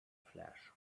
flash